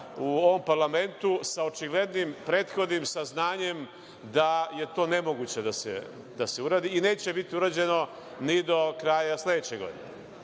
u ovom parlamentu, sa očiglednim prethodnim saznanjem da je to nemoguće da se uradi i neće biti urađeno ni do kraja sledeće godine. Ja